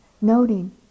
noting